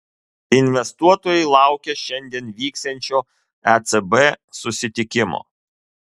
investuotojai laukia šiandien vyksiančio ecb susitikimo